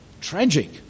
Tragic